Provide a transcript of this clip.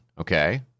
Okay